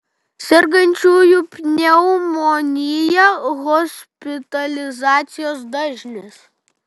sergančiųjų pneumonija hospitalizacijos dažnis